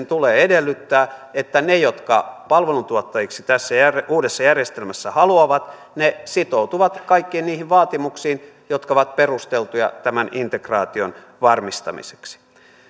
tulee edellyttää että ne jotka palveluntuottajiksi tässä uudessa järjestelmässä haluavat sitoutuvat kaikkiin niihin vaatimuksiin jotka ovat perusteltuja tämän integraation varmistamiseksi